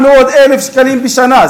400,000 ש"ח בשנה.